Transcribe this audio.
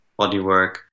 bodywork